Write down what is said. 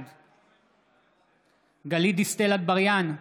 בעד גלית דיסטל אטבריאן,